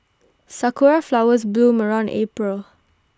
Sakura Flowers bloom around April